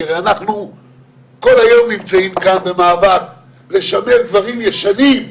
כי הרי אנחנו כל היום נמצאים כאן במאבק לשמר דברים ישנים,